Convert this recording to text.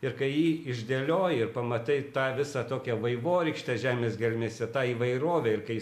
ir kai jį išdėlioji ir pamatai tą visą tokią vaivorykštę žemės gelmėse tą įvairovę ir kai